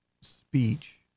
speech